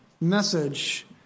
message